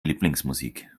lieblingsmusik